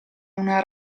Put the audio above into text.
una